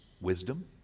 wisdom